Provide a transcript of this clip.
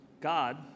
God